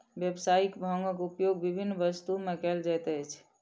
व्यावसायिक भांगक उपयोग विभिन्न वस्तु में कयल जाइत अछि